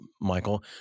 Michael